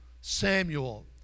Samuel